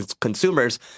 consumers